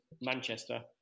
Manchester